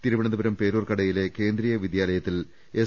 തിരുവനന്തപുരം പേരൂർക്കടയിലെ കേന്ദ്രീയ വിദ്യാലയത്തിൽ എസ്